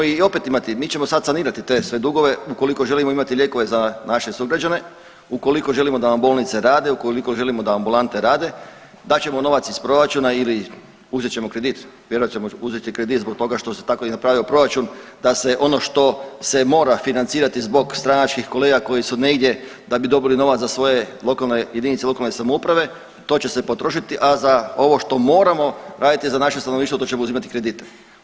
Mi ćemo i opet imati, mi ćemo sad sanirati te sve dugove ukoliko želimo imati lijekove za naše sugrađane, ukoliko želimo da nam bolnice rade, ukoliko želimo da ambulante rade, dat ćemo novac iz proračuna ili uzet ćemo kredit, vjerojatno ćemo uzeti kredit zbog toga što se tako i napravio proračun da se ono što se mora financirati zbog stranačkih kolega koji su negdje da bi dobili novac za svoje lokalne, jedinice lokalne samouprave, to će se potrošiti, a za ovo što moramo raditi za naše stanovništvo, to ćemo uzimati kredite.